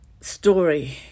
story